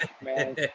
man